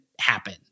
happen